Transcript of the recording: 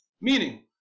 meaning